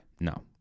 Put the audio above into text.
No